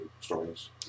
stories